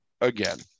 again